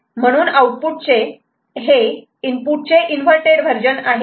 म्हणून आउटपुट हे इनपुट चे इन्व्हर्टड वर्जन आहे